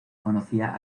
conocía